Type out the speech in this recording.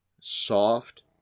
soft